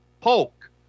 Polk